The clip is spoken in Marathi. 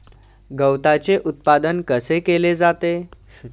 गवताचे उत्पादन कसे केले जाते?